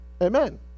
Amen